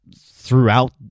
throughout